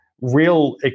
real